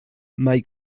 mai